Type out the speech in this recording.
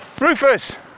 rufus